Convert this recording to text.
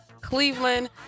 cleveland